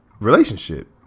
relationship